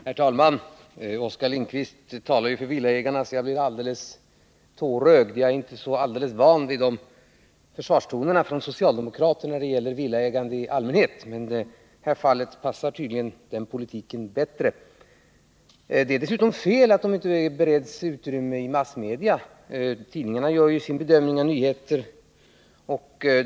Herr talman! Oskar Lindkvist talade för villaägarna så att jag blev alldeles tårögd. Jag är inte van vid sådana försvarstoner från socialdemokrater när det gäller villaägande i allmänhet. Men i det här fallet passar tydligen den politiken bättre. Det är fel att säga att villaägarna inte bereds utrymme i massmedia. Tidningarna gör ju sina bedömningar av nyheter.